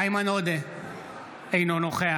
אינו נוכח